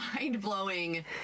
mind-blowing